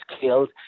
killed